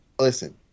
listen